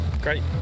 Great